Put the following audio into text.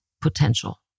potential